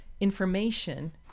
information